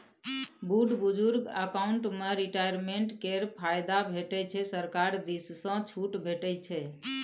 बुढ़ बुजुर्ग अकाउंट मे रिटायरमेंट केर फायदा भेटै छै सरकार दिस सँ छुट भेटै छै